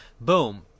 Boom